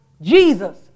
Jesus